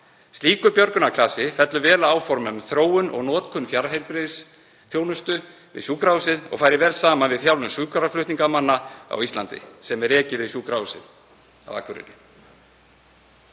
Slíkur björgunarklasi fellur vel að áformum um þróun og notkun fjarheilbrigðisþjónustu við sjúkrahúsið og fer vel saman við þjálfun sjúkraflutningamanna á Íslandi sem er rekin við Sjúkrahúsið